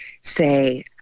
say